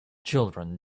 children